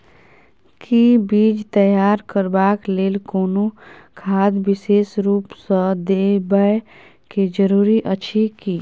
कि बीज तैयार करबाक लेल कोनो खाद विशेष रूप स देबै के जरूरी अछि की?